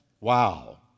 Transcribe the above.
Wow